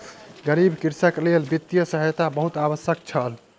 गरीब कृषकक लेल वित्तीय सहायता बहुत आवश्यक छल